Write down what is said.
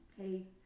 Hey